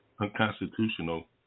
unconstitutional